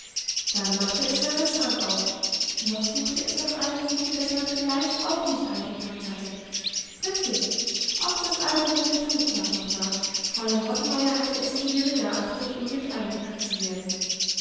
dann machte es seinen schrank auf noch suchte es nach einem gute das man vielleicht auch nicht eingepackt hatte richtig auch das alte rote tuch lag noch da fräulein rottenmeier hatte es zu gering erachtet um mit eingepackt zu werden